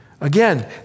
Again